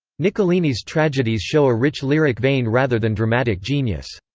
niccolini's tragedies show a rich lyric vein rather than dramatic genius.